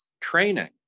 training